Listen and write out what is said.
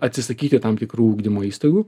atsisakyti tam tikrų ugdymo įstaigų